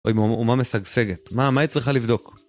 אומה משגשגת. מה, מה היא צריכה לבדוק?